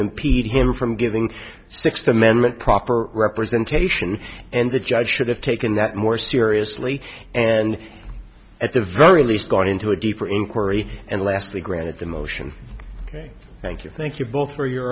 impede him from giving sixth amendment proper representation and the judge should have taken that more seriously and at the very least going into deeper inquiry and lastly granted the motion ok thank you thank you both for your